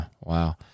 wow